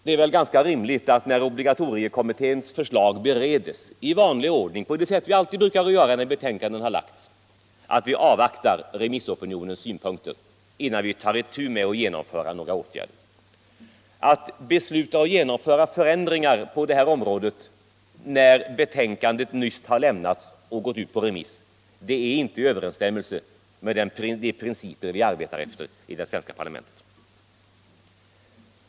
Det är väl ganska rimligt att vi sedan obligatoriekommitténs förslag beretts i vanlig ordning avvaktar — på det sätt som vi alltid brukar göra när betänkanden har framlagts —- remissopinionens synpunkter innan vi tar itu med att genomföra några åtgärder. Att besluta genomföra förändringar på detta område när betänkandet nyss har lämnats och gått ut på remiss är inte i överensstämmelse med de principer vi arbetar efter I det svenska parlamentet.